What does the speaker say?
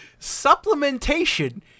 Supplementation